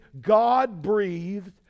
God-breathed